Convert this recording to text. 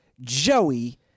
Joey